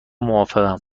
موافقم